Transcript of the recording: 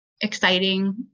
exciting